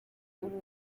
ubu